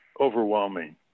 overwhelming